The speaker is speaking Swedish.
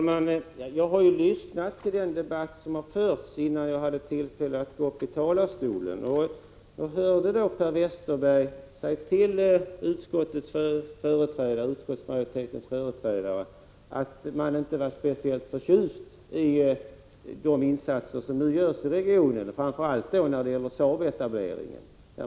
Herr talman! Jag har lyssnat på den debatt som fördes innan jag hade tillfälle att gå upp i talarstolen, och jag hörde då Per Westerberg säga till 49 Prot. 1985/86:155 utskottsmajoritetens företrädare att man inte var speciellt förtjust i de insatser som nu görs i regionen, framför allt vad gäller Saabetableringen.